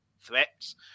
threats